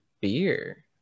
beer